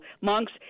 monks